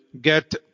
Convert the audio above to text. get